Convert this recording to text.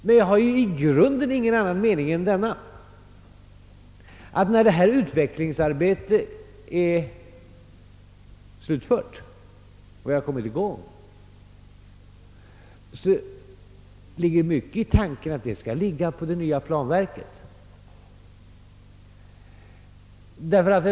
Men jag har i grunden ingen annan mening än att när detta utvecklingsarbete är slutfört ligger mycket i tanken att det skall läggas på det nya planverket.